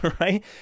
right